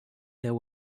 there